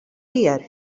here